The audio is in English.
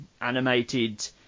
animated